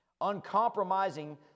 Uncompromising